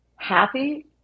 happy